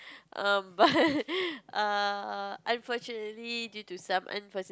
um but err unfortunately due to some unforeseen